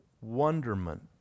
wonderment